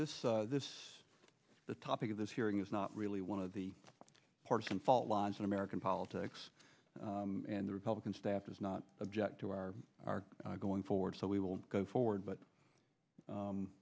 this this the topic of this hearing is not really one of the partisan fault lines in american politics and the republican staff does not object to our are going forward so we will go forward but